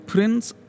Prince